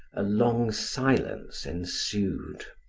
a long silence ensued.